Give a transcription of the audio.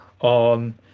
on